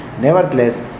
Nevertheless